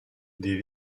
des